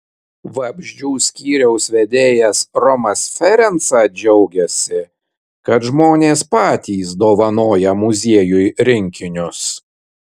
vabzdžių skyriaus vedėjas romas ferenca džiaugiasi kad žmonės patys dovanoja muziejui rinkinius